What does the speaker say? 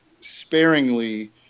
sparingly